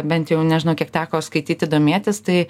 bent jau nežinau kiek teko skaityti domėtis tai